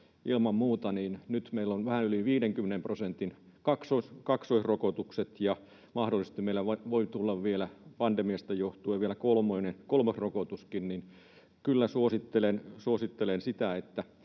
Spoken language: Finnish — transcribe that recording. ilman muuta. Nyt meillä on vähän yli 50 prosentin kaksoisrokotukset, ja mahdollisesti meille voi tulla pandemiasta johtuen vielä kolmaskin rokotus. Kyllä suosittelen sitä. Sen